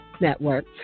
Network